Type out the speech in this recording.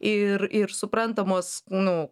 ir ir suprantamos nu